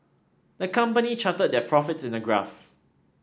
the company charted their profits in a graph